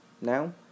Now